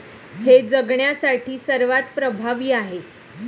हे जगण्यासाठी सर्वात प्रभावी आहे